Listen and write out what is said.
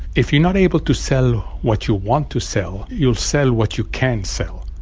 if you're not able to sell what you want to sell, you'll sell what you can sell.